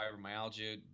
fibromyalgia